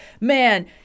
man